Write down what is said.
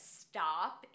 stop